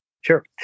Sure